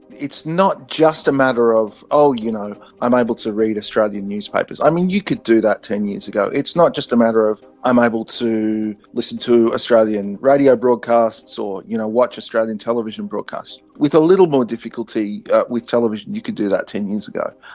it's not just a matter of, you know, i'm able to read australian newspapers. i mean, you could do that ten years ago. it's not just a matter of i'm able to listen to australian radio broadcasts or you know watch australian television broadcasts. with a little more difficulty with television you could do that ten years ago.